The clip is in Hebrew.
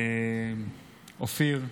אופיר,